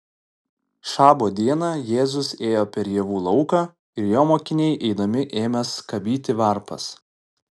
šabo dieną jėzus ėjo per javų lauką ir jo mokiniai eidami ėmė skabyti varpas